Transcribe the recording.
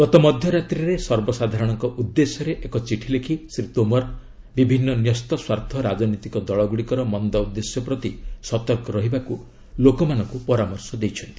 ଗତ ମଧ୍ୟରାତ୍ରିରେ ସର୍ବସାଧାରଣଙ୍କ ଉଦ୍ଦେଶ୍ୟରେ ଏକ ଚିଠି ଲେଖି ଶ୍ରୀ ତୋମର ବିଭିନ୍ନ ନ୍ୟସ୍ତସ୍ୱାର୍ଥ ରାଜନୈତିକ ଦଳଗୁଡ଼ିକର ମନ୍ଦ ଉଦ୍ଦେଶ୍ୟ ପ୍ରତି ସତର୍କ ରହିବାକୁ ଲୋକମାନଙ୍କୁ ପରାମର୍ଶ ଦେଇଛନ୍ତି